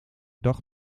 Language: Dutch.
dag